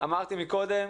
אמרתי מקודם,